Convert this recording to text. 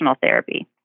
therapy